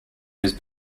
his